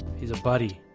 he's a buddy